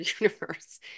universe